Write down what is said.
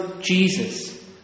Jesus